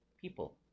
people